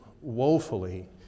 woefully